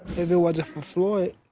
if it wasn't for floyd,